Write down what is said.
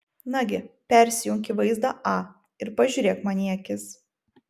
nagi persijunk į vaizdą a ir pažiūrėk man į akis